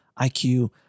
IQ